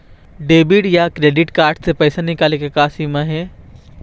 Debit या credit card से पैसा निकाले के का सीमा हे?